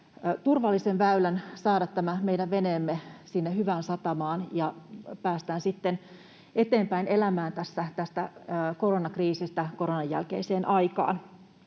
turvallisen väylän saada tämä meidän veneemme sinne hyvään satamaan, ja päästään sitten eteenpäin elämään tästä koronakriisistä koronan jälkeiseen aikaan.